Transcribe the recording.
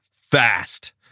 fast